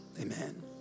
Amen